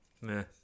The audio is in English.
meh